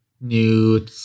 new